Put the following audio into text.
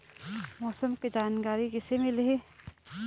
मौसम के जानकारी किसे मिलही?